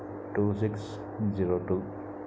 two six zero two